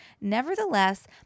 nevertheless